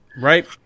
Right